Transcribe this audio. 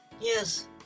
Yes